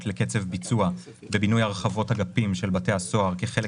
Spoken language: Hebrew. לקצב ביצוע בבינוי הרחבות אגפים של בתי הסוהר כחלק